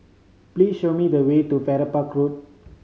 please show me the way to Farrer Park Road